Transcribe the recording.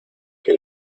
que